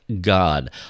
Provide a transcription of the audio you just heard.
God